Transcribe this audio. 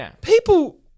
people